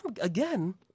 again